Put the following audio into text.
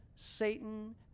Satan